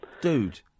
Dude